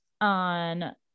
on